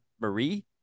Marie